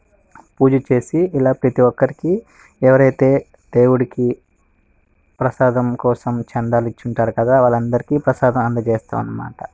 పూజ చేసి ఇలా ప్రతి ఒక్కరికి ఎవరైతే దేవుడికి ప్రసాదం కోసం చందాలు ఇచ్చి ఉంటారు కదా వాళ్ళందరికి ప్రసాదాం అందజేస్తాం అన్నమాట